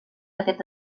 aquest